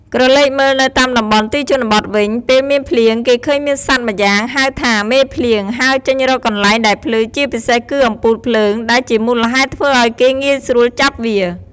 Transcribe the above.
ក្រឡេកមើលនៅតាមតំបន់ទីជនបទវិញ ពេលមានភ្លៀងគេឃើញមានសត្វម្យ៉ាងហៅថា មេភ្លៀង ហើរចេញរកកន្លែងដែលភ្លឺ ជាពិសេសគឺអំពូលភ្លើង ដែលជាមូលហេតុធ្វើឱ្យគេងាយស្រួលចាប់វា។